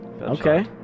Okay